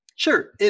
Sure